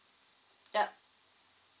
yup